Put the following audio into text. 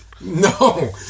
No